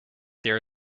there